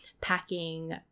packing